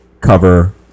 cover